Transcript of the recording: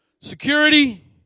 Security